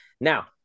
now